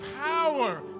power